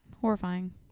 horrifying